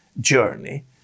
journey